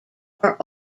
are